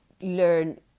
learn